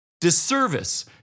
disservice